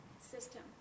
system